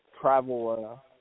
travel